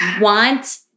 want